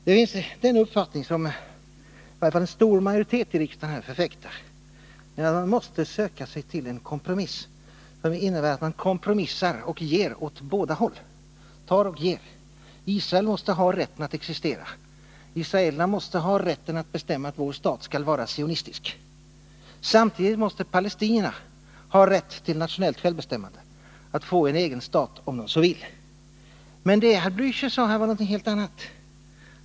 Det finns en uppfattning som i varje fall en stor majoritet av riksdagen förfäktar, att man måste söka sig till en kompromiss som innebär att man tar och ger åt båda håll. Israel måste ha rätten att existera. Israelerna måste ha rätten att bestämma att deras stat skall vara sionistisk. Samtidigt måste palestinierna ha rätt till nationellt självbestämmande, till att få en egen stat, om de så vill. Men det herr Blächer sade var något helt annat.